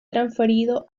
transferido